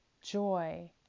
joy